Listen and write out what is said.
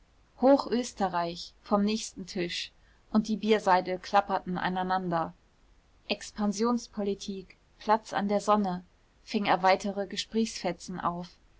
hoch österreich vom nächsten tisch und die bierseidel klapperten aneinander expansionspolitik platz an der sonne fing er weitere gesprächsfetzen auf